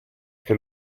che